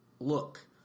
look